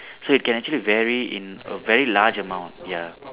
so it can actually vary in a very large amount ya